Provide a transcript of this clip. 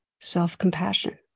self-compassion